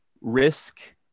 risk